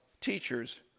teachers